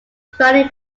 finally